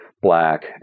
Black